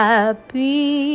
Happy